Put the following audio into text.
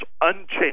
unchanged